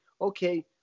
okay